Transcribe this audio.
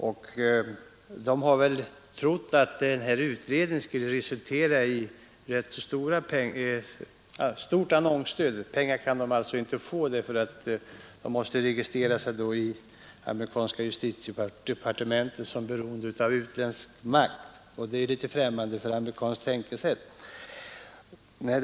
De har svårigheter trots att pressutredningen skulle resultera i rätt stort annonsstöd — pengar kan de inte få, eftersom de i så fall måste registrera sig hos amerikanska justitiedepartementet som beroende av utländsk makt, och det är litet fftämmande för amerikanskt tänkesätt.